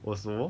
also